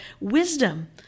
wisdom